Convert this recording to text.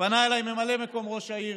פנה אליי ממלא מקום ראש העיר